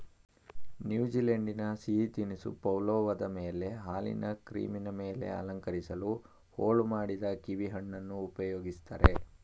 ನ್ಯೂಜಿಲೆಂಡಿನ ಸಿಹಿ ತಿನಿಸು ಪವ್ಲೋವದ ಮೇಲೆ ಹಾಲಿನ ಕ್ರೀಮಿನ ಮೇಲೆ ಅಲಂಕರಿಸಲು ಹೋಳು ಮಾಡಿದ ಕೀವಿಹಣ್ಣನ್ನು ಉಪಯೋಗಿಸ್ತಾರೆ